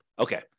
Okay